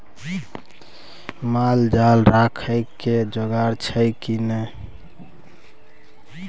माल जाल राखय के जोगाड़ छौ की नै